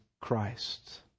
Christ